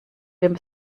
dem